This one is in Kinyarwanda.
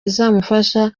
izamufasha